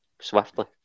swiftly